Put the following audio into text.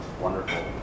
wonderful